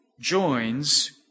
joins